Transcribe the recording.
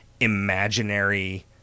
Imaginary